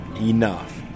Enough